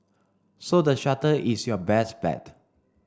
so the shuttle is your best bet